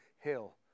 hill